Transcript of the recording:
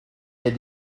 les